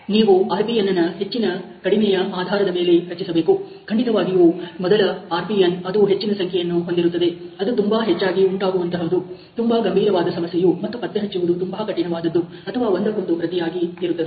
ಮತ್ತು ಈಗ ನೀವು RPN ನ ಹೆಚ್ಚಿನ ಕಡಿಮೆಯ ಆದಾರದ ಮೇಲೆ ರಚಿಸಬೇಕು ಕಂಡಿತವಾಗಿಯೂ ಮೊದಲ RPN ಅದು ಹೆಚ್ಚಿನ ಸಂಖ್ಯೆ ಹೊಂದಿರುತ್ತದೆ ಅದು ತುಂಬಾ ಹೆಚ್ಚಾಗಿ ಉಂಟಾಗುವಂತಹವು ತುಂಬಾ ಗಂಭೀರವಾದ ಸಮಸ್ಯೆ ಯು ಮತ್ತು ಪತ್ತೆ ಹಚ್ಚುವುದು ತುಂಬಾ ಕಠಿಣವಾದದ್ದು ಅಥವಾ ಒಂದಕ್ಕೊಂದು ಪ್ರತಿಯಾಗಿ ಇದೆ